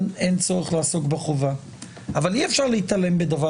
אין צורך לעסוק בחובה אבל אי אפשר להתעלם מדבר